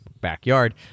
backyard